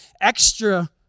extra